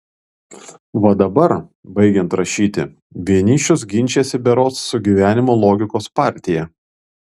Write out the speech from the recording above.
va dabar baigiant rašyti vienišius ginčijasi berods su gyvenimo logikos partija